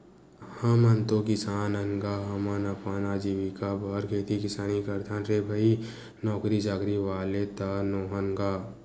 हमन तो किसान अन गा, हमन अपन अजीविका बर खेती किसानी करथन रे भई नौकरी चाकरी वाले तो नोहन गा